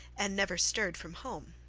and never stirred from home.